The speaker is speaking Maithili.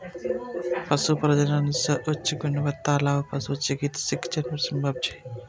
पशु प्रजनन सं उच्च गुणवत्ता बला पशु संततिक जन्म संभव छै